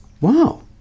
Wow